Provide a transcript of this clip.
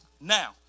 Now